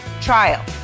trial